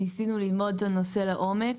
ניסינו ללמוד את הנושא לעומק,